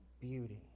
beauty